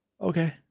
Okay